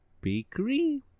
bakery